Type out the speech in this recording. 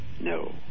No